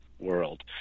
world